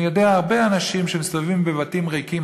אני יודע על הרבה אנשים שמסתובבים בבתים ריקים,